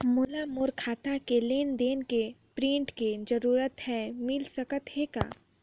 मोला मोर खाता के लेन देन के प्रिंट के जरूरत हे मिल सकत हे का?